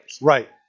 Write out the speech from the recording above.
right